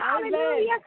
Hallelujah